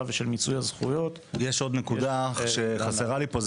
ושל מיצוי הזכויות- -- יש עוד נקודה שחסרה לי פה,